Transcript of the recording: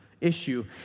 issue